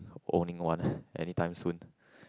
owning one anytime soon